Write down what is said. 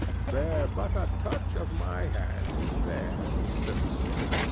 bear but a touch of my hand there, said the spirit,